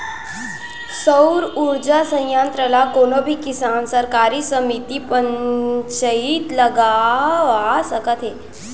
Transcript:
सउर उरजा संयत्र ल कोनो भी किसान, सहकारी समिति, पंचईत लगवा सकत हे